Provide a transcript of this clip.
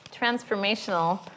transformational